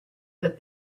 that